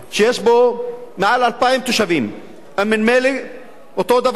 שיש בו מעל 2,000 תושבים, אמנמילה, אותו דבר,